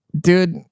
dude